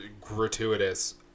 gratuitous